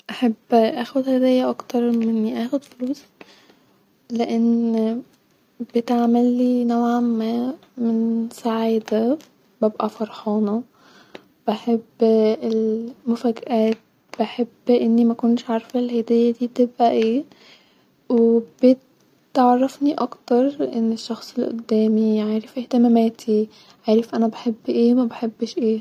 احب اخد هدايا اكتر-من اخد فلوس لان بتعملي نوعا-ما من سعاده ببقي فرحانه-بحب ال-المفجأات-بحب اني مكونش عارفه الهديه دي تبقي ايه-وبت-عرفني اكتر ان الشخص الي قدامي عارف اهتمامتي-عارف انا بحب ايه ومبحش ايه